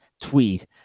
tweet